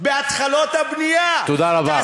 תודה רבה.